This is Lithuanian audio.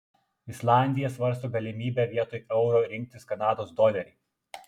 islandija svarsto galimybę vietoj euro rinktis kanados dolerį